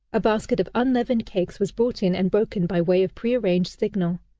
a basket of unleavened cakes was brought in and broken, by way of prearranged signal.